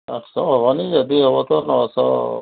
ଆଠଶହ ହେବନି ଯଦି ହେବ ତ ନଅଶହ